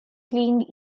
fleeing